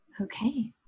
Okay